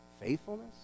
Faithfulness